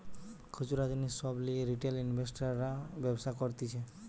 খুচরা জিনিস সব লিয়ে রিটেল ইনভেস্টর্সরা ব্যবসা করতিছে